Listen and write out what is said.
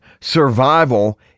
survival